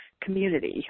community